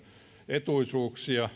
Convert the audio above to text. etuisuuksia